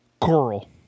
Coral